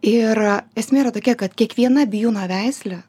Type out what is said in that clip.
ir esmė yra tokia kad kiekviena bijūno veislė